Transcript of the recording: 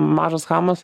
mažas chamas